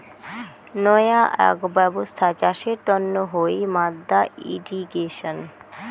নয়া আক ব্যবছ্থা চাষের তন্ন হই মাদ্দা ইর্রিগেশন